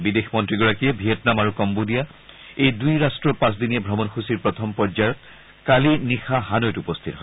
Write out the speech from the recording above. বিদেশমন্ত্ৰীগৰাকীয়ে Vietnam আৰু Cambodia এই দুই ৰাট্টৰ পাঁচদিনীয়া ভ্ৰমণ সূচীৰ প্ৰথম পৰ্যায়ৰ কালি নিশা হানৈত উপস্থিত হয়